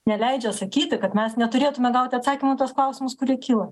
neleidžia sakyti kad mes neturėtume gauti atsakymų į tuos klausimus kurie kyla